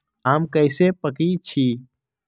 आम कईसे पकईछी?